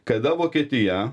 kada vokietija